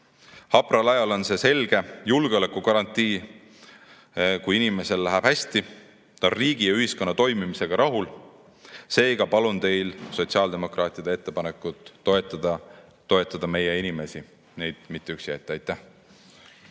Hapral ajal on see selge julgeolekugarantii. Kui inimesel läheb hästi, siis ta on riigi ja ühiskonna toimimisega rahul. Seega palun teil sotsiaaldemokraatide ettepanekut toetada, toetada meie inimesi, neid mitte üksi jätta. Aitäh!